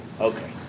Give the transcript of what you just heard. Okay